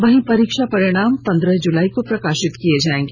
वहीं परीक्षा परिणाम पन्द्रह जुलाई को प्रकाशित किया जाएगा